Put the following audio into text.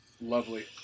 Lovely